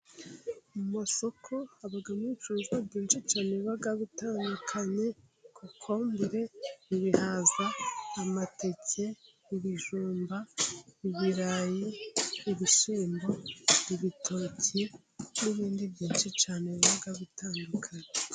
Mu masoko habamo ibicuruzwa byinshi cyane biba bitandukanye: kokombure, ibihaza, amateke, ibijumba, ibirayi, ibishyimbo, ibitoki n'ibindi byinshi cyane biba bitandukanye.